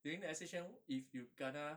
during the S_H_N if you kena